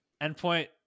Endpoint